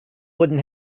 wooden